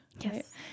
yes